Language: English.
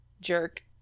Jerk